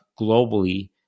globally